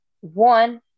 one